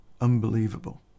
unbelievable